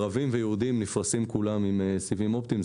ערבים ויהודים נפרסים כולם עם סיבים אופטיים.